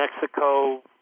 Mexico